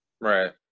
right